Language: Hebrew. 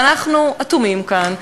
ואנחנו אטומים כאן,